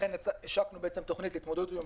לכן השקנו תוכנית להתמודד עם הבצורת: